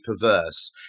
perverse